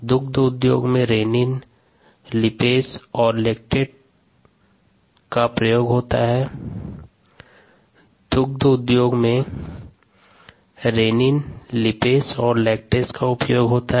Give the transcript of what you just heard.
दुग्ध उद्योग में रेनिन लिपेस और लैक्टेस का प्रयोग होता है